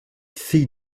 fille